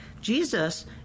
Jesus